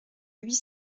huit